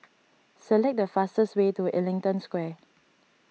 select the fastest way to Ellington Square